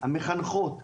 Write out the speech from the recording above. המחנכות,